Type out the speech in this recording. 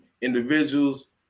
individuals